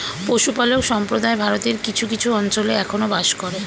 পশুপালক সম্প্রদায় ভারতের কিছু কিছু অঞ্চলে এখনো বাস করে